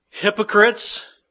Hypocrites